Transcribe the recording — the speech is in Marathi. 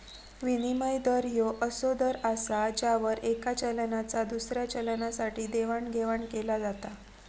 विनिमय दर ह्यो असो दर असा ज्यावर येका चलनाचा दुसऱ्या चलनासाठी देवाणघेवाण केला जाता